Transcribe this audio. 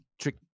trick